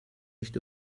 nicht